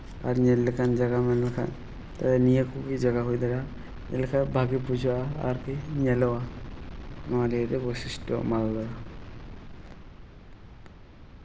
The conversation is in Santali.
ᱟᱨ ᱧᱮᱞ ᱞᱮᱠᱟᱱ ᱡᱟᱭᱜᱟ ᱢᱮᱱ ᱞᱮᱠᱷᱟᱡ ᱛᱚ ᱱᱤᱭᱟᱹ ᱠᱚᱜᱮ ᱡᱟᱭᱜᱟ ᱦᱩᱭ ᱫᱟᱲᱮᱭᱟᱜᱼᱟ ᱧᱮᱞ ᱞᱮᱠᱷᱟᱡ ᱵᱷᱟᱜᱮ ᱵᱩᱡᱷᱟᱹᱜᱼᱟ ᱟᱨᱠᱤ ᱧᱮᱞᱚᱜᱼᱟ ᱱᱚᱣᱟ ᱞᱤᱭᱮᱛᱮ ᱵᱳᱭᱥᱤᱥᱴᱚ ᱢᱟᱞᱫᱟ ᱫᱚ